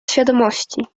świadomości